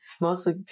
Mostly